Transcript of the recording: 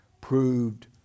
proved